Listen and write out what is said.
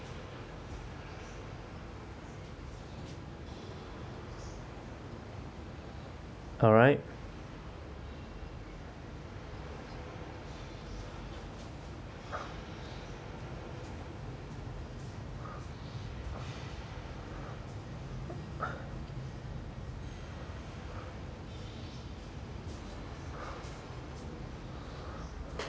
alright